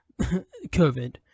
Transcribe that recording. COVID